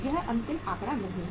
यह अंतिम आंकड़ा नहीं है